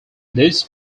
this